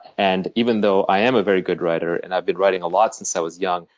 and even though i am a very good writer and i've been writing a lot since i was young,